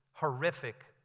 horrific